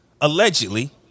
allegedly